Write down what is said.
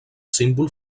símbol